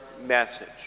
message